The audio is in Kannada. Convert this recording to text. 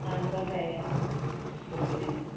ಹಾಂ ಸ್ವಸಾಯ ಗುಂಪಿನಲ್ಲಿ